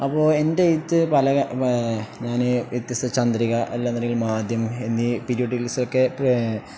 അപ്പോ എൻ്റെഴത്ത് പല ഞാന് വ്യത്യസ്ത ചന്ദ്രിക എല്ലാന്തണ്ടെങ്കിലിൽ മാധദ്യം എന്നീ പിരിയോഡിക്കൽസൊക്കെ